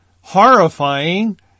horrifying